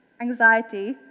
Anxiety